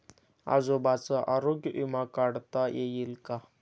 आजोबांचा आरोग्य विमा काढता येईल का?